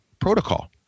protocol